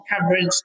coverage